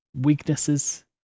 weaknesses